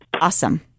awesome